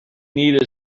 need